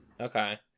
Okay